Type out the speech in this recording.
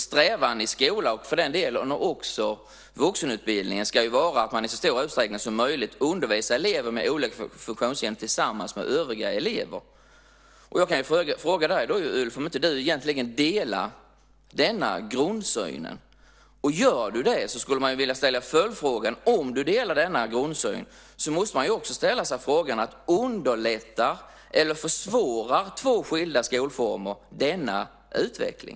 Strävan i skolan och vuxenutbildningen ska ju vara att man i så stor utsträckning som möjligt undervisar elever med olika funktionshinder tillsammans med övriga elever. Jag kan ju fråga dig, Ulf, om du inte egentligen delar den grundsynen. Om du delar den grundsynen måste man fråga: Underlättar eller försvårar två skilda skolformer denna utveckling?